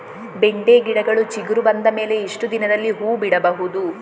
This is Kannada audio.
ಬೆಂಡೆ ಗಿಡಗಳು ಚಿಗುರು ಬಂದ ಮೇಲೆ ಎಷ್ಟು ದಿನದಲ್ಲಿ ಹೂ ಬಿಡಬಹುದು?